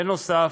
בנוסף,